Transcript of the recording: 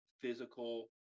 physical